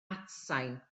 atsain